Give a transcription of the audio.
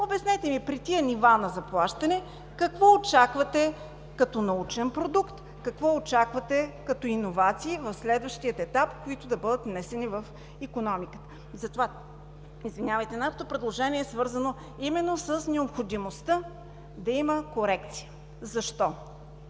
Обяснете ми при тези нива на заплащане какво очаквате като научен продукт, какво очаквате като иновации в следващия етап, които да бъдат внесени в икономиката? Нашето предложение е свързано именно с необходимостта да има корекция. Защо?